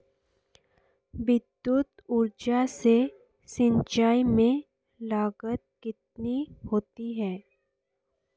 विद्युत ऊर्जा से सिंचाई में लागत कितनी होती है?